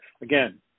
again